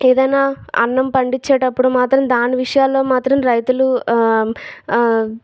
ఏదైనా అన్నం పండించేటప్పుడు మాత్రం దాని విషయాల్లో మాత్రం రైతులు